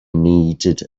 needed